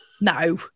No